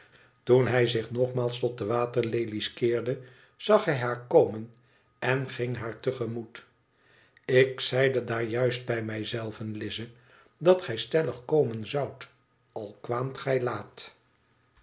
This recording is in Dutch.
toen hij zich nogmaals tot de waterlelies keerde zag hij haar komen en ging haar te gemoet ik zei de daar juist bij mij zelven lize dat gij stellig komen zoudt al kwaamt gij laat